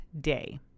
day